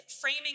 framing